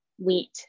wheat